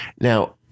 Now